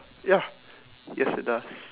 ya yes it does